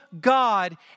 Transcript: God